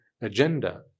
agenda